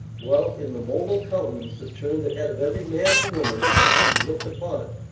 dwelt in the mobile countenance that turned the head of every man and woman who looked upon it.